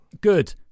good